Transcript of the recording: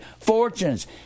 fortunes